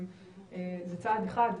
זה צעד אחד,